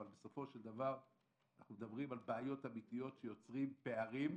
אך בסופו של דבר אנחנו מדברים על בעיות אמיתיות שיוצרות פערים,